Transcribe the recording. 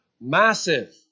Massive